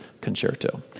concerto